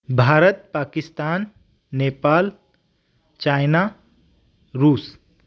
Bharat Pakistan Nepal China रूस